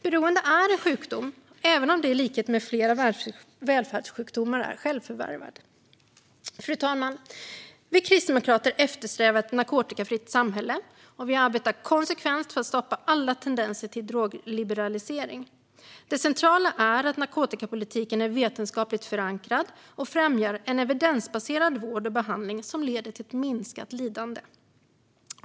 Beroende är en sjukdom, även om den i likhet med flera välfärdssjukdomar är självförvärvad. Fru talman! Vi kristdemokrater eftersträvar ett narkotikafritt samhälle, och vi arbetar konsekvent för att stoppa alla tendenser till drogliberalisering. Det centrala är att narkotikapolitiken är vetenskapligt förankrad och främjar en evidensbaserad vård och behandling som leder till ett minskat lidande.